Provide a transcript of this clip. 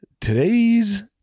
Today's